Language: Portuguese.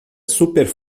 super